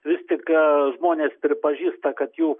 vis tik žmonės pripažįsta kad jų